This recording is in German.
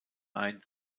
ein